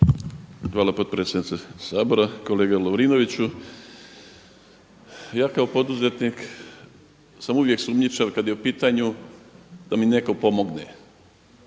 Hvala potpredsjednice Sabora. Kolega Lovrinoviću, ja kao poduzetnik sam uvijek sumnjičav kada je u pitanju da mi netko pomogne.